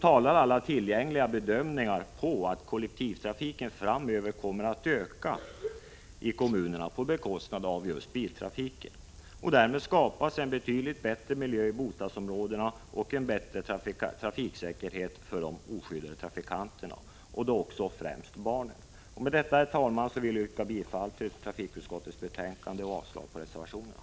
Alla tillgängliga bedömningar tyder dessutom på att kollektivtrafiken i kommunerna framöver kommer att öka på bekostnad av biltrafiken. Därmed skapas en betydligt bättre miljö i bostadsområdena och en bättre trafiksäkerhet för de oskyddade trafikanterna, då främst barnen. Med detta, herr talman, vill jag yrka bifall till hemställan i trafikutskottets